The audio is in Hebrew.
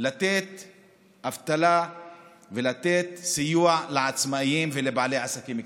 לתת דמי אבטלה ולתת סיוע לעצמאים ולבעלי עסקים קטנים.